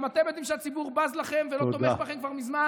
גם אתם יודעים שהציבור בז לכם ולא תומך בכם כבר מזמן.